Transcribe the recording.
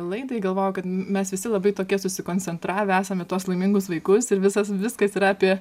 laidai galvojau kad m mes visi labai tokie susikoncentravę esam į tuos laimingus vaikus ir visas viskas yra apie